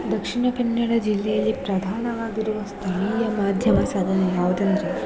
ದಕ್ಷಿಣ ಕನ್ನಡ ಜಿಲ್ಲೆಯಲ್ಲಿ ಪ್ರಧಾನವಾಗಿರುವ ಸ್ಥಳೀಯ ಮಾಧ್ಯಮ ಸದನ ಯಾವುದಂದ್ರೆ